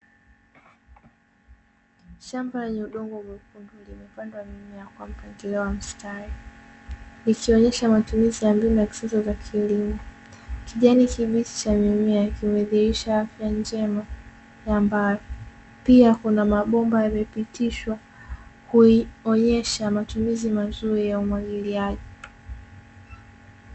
Shamba lenye udongo mwekundu limepandwa mimea kwa mpangilio wa mstari likionyesha matumizi ya mbinu za kisasa za kilimo, kijani kibichi cha mimea kimethihirisha afya njema. Ambayo pia kuna mabomba yamepitishwa kuionyesha matumizi mazuri ya umwagiliaji.